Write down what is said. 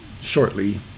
shortly